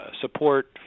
support